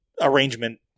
arrangement